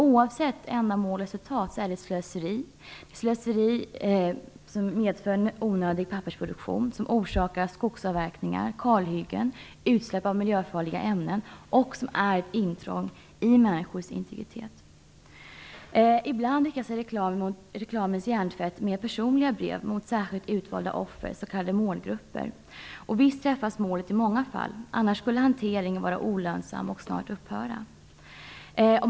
Oavsett ändamål och resultat är det slöseri som medför onödig pappersproduktion och orsakar skogsavverkningar, kalhyggen och utsläpp av miljöfarliga ämnen och som utgör intrång i människors integritet. Ibland riktar sig reklamens hjärntvätt med personliga brev mot särskilt utvalda offer, s.k. målgrupper. Och visst träffas målet i många fall, annars skulle hanteringen vara olönsam och snart upphöra.